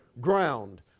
ground